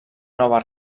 nova